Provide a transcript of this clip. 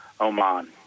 Oman